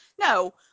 no